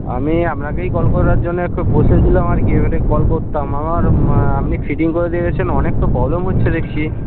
আমি আপনাকেই কল করার জন্যে বসেছিলাম আর কি এমনিতে কল করতাম আমার আপনি ফিটিং করে দিয়ে গেছেন অনেক তো প্রবলেম হচ্ছে দেখছি